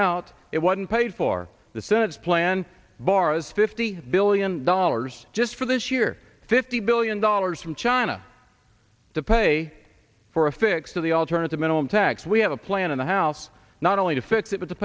out it wasn't paid for the senate's plan borrows fifty billion dollars just for this year fifty billion dollars from china to pay for a fix of the alternative minimum tax we have a plan in the house not only to fix it but to